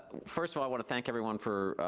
first of all i want to thank everyone for,